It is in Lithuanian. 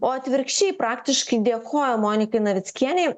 o atvirkščiai praktiškai dėkojo monikai navickienei